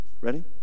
Ready